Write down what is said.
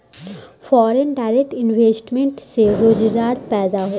foreign direct investment से रोजगार पैदा होला